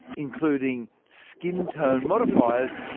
including skin tone modifiers,